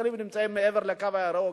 המתנחלים נמצאים מעבר ל"קו הירוק",